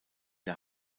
der